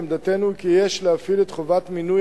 עמדתנו היא כי יש להפעיל את חובת מינוי